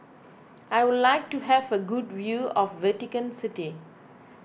I would like to have a good view of Vatican City